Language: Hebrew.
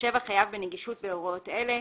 יתחשב החייב בנגישות בהוראות אלה: